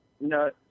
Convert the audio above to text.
no